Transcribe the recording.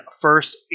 first